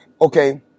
Okay